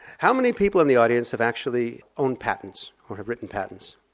how many people in the audience have actually owned patents or have written patents?